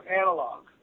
analog